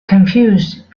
confused